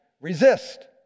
Resist